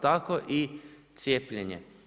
Tako i cijepljenje.